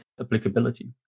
applicability